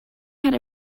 had